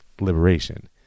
liberation